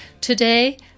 Today